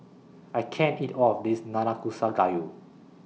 I can't eat All of This Nanakusa Gayu